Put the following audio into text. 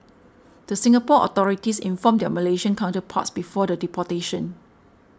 the Singapore authorities informed their Malaysian counterparts before the deportation